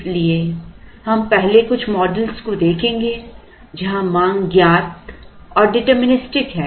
इसलिए हम पहले कुछ मॉडलों को देखेंगे जहां मांग ज्ञात और डिटरमिनिस्टिक है